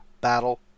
Battle